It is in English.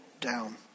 down